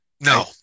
No